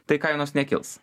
tai kainos nekils